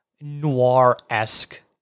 noir-esque